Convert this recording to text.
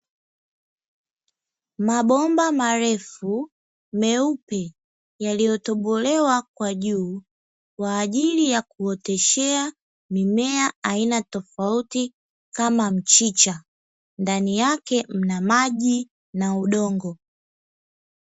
Mabomba marefu meupe, yaliyotobolewa kwa juu kwa ajili ya kuoteshea mimea aina tofauti kama mchicha, ndani yake kuna maji na udongo.